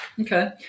Okay